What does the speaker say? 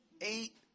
Eight